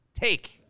take